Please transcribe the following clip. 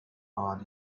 awed